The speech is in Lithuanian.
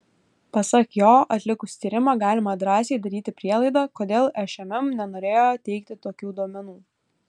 pasak jo atlikus tyrimą galima drąsiai daryti prielaidą kodėl šmm nenorėjo teikti tokių duomenų